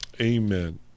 Amen